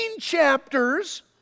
chapters